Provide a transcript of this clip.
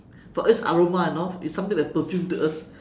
for us it's aroma you know it's something like perfume to us